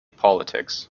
politics